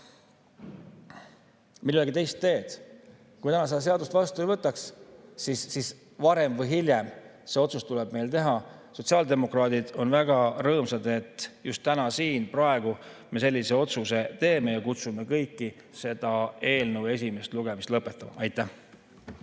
ei olegi teist teed. Kui me täna seda seadust vastu ei võtaks, siis varem või hiljem see otsus tuleks meil ikkagi teha. Sotsiaaldemokraadid on väga rõõmsad, et me just täna, siin ja praegu sellise otsuse teeme. Kutsume kõiki eelnõu esimest lugemist lõpetama. Aitäh!